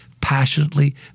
passionately